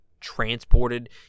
transported